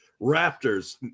Raptors